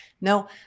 no